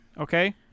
Okay